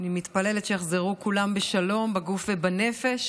אני מתפללת שיחזרו כולם בשלום בגוף ובנפש